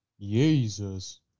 Jesus